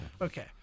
Okay